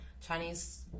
Chinese